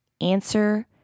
Answer